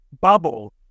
bubble